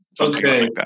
Okay